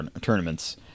tournaments